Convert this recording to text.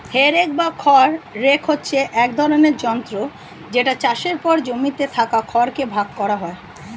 হে rake বা খড় rake হচ্ছে এক ধরণের যন্ত্র যেটা চাষের পর জমিতে থাকা খড় কে ভাগ করা হয়